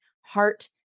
heart